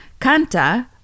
kanta